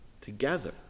together